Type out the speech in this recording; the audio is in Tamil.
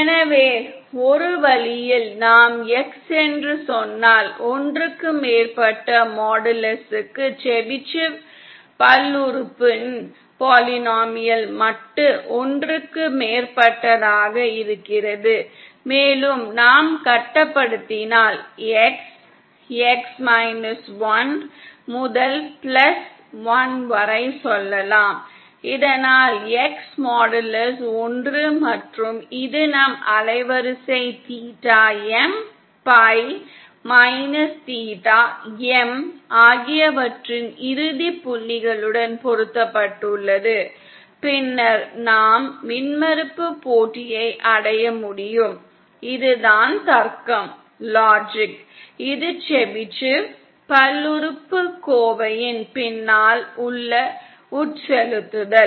எனவே ஒரு வழியில் நாம் X என்று சொன்னால் ஒன்றுக்கு மேற்பட்ட மாடுலஸுக்கு செபிஷேவ் பல்லுறுப்புறுப்பின் மட்டு ஒன்றுக்கு மேற்பட்டதாக இருக்கிறது மேலும் நாம் கட்டுப்படுத்தினால் X X மைனஸ் ஒன்று முதல் பிளஸ் ஒன் வரை சொல்லலாம் இதனால் X மாடுலஸ் ஒன்று மற்றும் இது நம் அலைவரிசை theta M pi minus theta M ஆகியவற்றின் இறுதி புள்ளிகளுடன் பொருத்தப்பட்டுள்ளது பின்னர் நாம் மின்மறுப்பு போட்டியை அடைய முடியும் இதுதான் தர்க்கம் இது செபிஷேவ் பல்லுறுப்புக்கோவையின் பின்னால் உள்ள உட்செலுத்துதல்